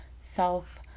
self